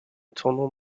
tournant